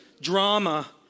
drama